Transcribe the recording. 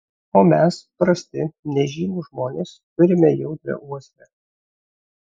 o mes prasti nežymūs žmonės turime jautrią uoslę